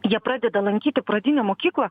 jie pradeda lankyti pradinę mokyklą